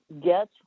get